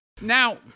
Now